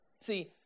See